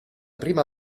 prima